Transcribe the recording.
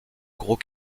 gros